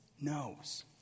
knows